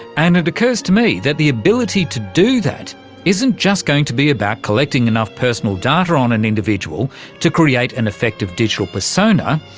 and it occurs to me that the ability to do that isn't just going to be about collecting enough personal data on an individual to create an effective digital persona,